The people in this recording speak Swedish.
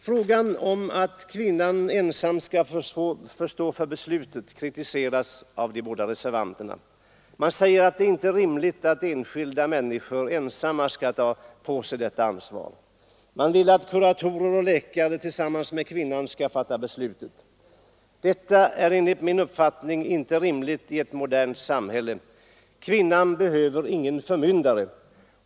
Frågan om att kvinnan ensam skall stå för beslutet kritiseras av de båda reservanterna. ”Det är inte rimligt att enskilda människor ensamma skall bära detta ansvar”, säger de och hävdar att kurator och läkare tillsammans med kvinnan skall fatta beslutet. Detta är enligt min uppfattning inte rimligt i ett modernt samhälle. Kvinnan behöver ingen förmyndare.